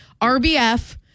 RBF